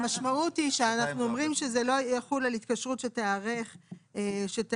המשמעות היא שאנחנו אומרים שזה לא יחול על התקשרות שתיערך מיום,